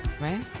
right